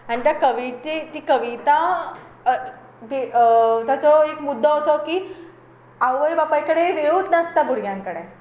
आनी त्या कवितेक ती कविता ताचो एक मुद्दो असो की आवय बापाय कडेन वेळूच नासता भुरग्यां कडेन